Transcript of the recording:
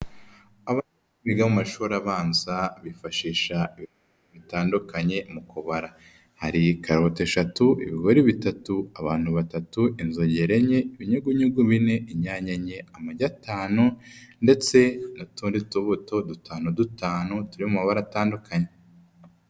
Abana biga mu mashuri abanza bifashisha ibintu bitandukanye mu kubara hari karote eshatu ibigori bitatu abantu batatu inzogera enye ibinyugunyugu bine inyanya enye amagi atanu ndetse n'utundi tubuto dutanu dutanu turi mu mabara atandukanye.